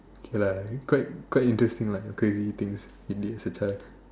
okay lah quite quite interesting like craving things it needs to touch